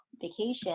vacation